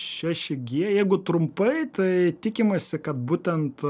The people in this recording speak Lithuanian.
šeši gie jeigu trumpai tai tikimasi kad būtent